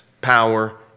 power